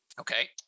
Okay